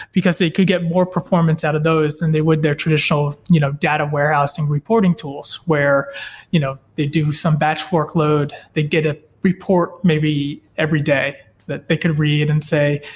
because they could get more performance out of those and they would their traditional you know data warehouse and reporting tools, where you know they do some batch workload, they get a report maybe every day that they could read and say,